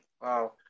Wow